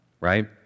right